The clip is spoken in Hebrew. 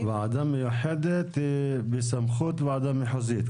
-- ועדה מיוחדת בסמכות ועדה מחוזית.